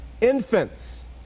infants